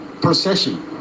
procession